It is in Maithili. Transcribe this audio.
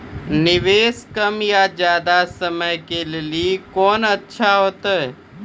निवेश कम या ज्यादा समय के लेली कोंन अच्छा होइतै?